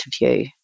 interview